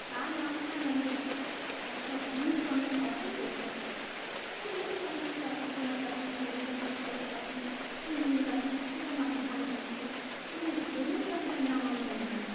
তার মাঝখানে আমি দেখি একটা হলুদ রঙের পাখি বসে আছে আমি দেখেছি অনেকগুলো পাখি টিয়া পাখি চড়ুই পাখি শালিক পাখি বুলবুলি পাখি এরা মাঠে ধান খাচ্ছে কিন্তু এই হলুদ পাখিটার নাম আমি জানি না